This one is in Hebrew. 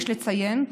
יש לציין,